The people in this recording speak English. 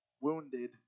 wounded